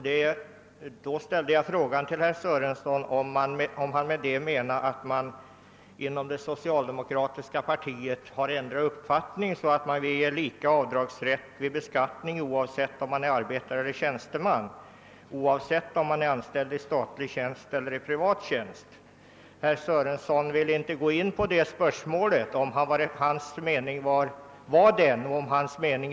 Detta föranledde mig att fråga honom, om man nu inom det socialdemokratiska partiet ändrat uppfattning, så att man är beredd att biträda sådana förslag som tidigare tagits upp i riksdagen, bl.a. från vårt parti och som avser avdragsrätten vid beskattning för resor till och från arbetet, traktamenten, o.s.v. Jag frågade om man inom det socialdemokratiska partiet numera är beredd att slå in på den väg som man tidigare avvisat, nämligen att det skall vara exakt samma och mer rättvisa avdragsmöjligheter när det gäller dessa saker. I vissa fall finns det bättre avdragsmöjligheter för statsanställda, framför allt för tjänstemän, än för anställda i enskild tjänst, och då särskilt när det gäller arbetare.